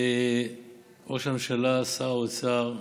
ראש הממשלה, שר האוצר,